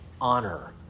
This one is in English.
honor